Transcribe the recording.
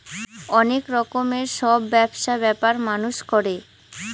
অনেক রকমের সব ব্যবসা ব্যাপার মানুষ করে